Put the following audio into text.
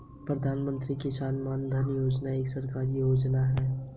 प्रधानमंत्री किसान मानधन योजना एक सरकारी योजना है जो वृद्धावस्था सुरक्षा के लिए है